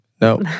No